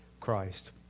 Christ